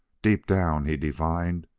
deep down, he divined,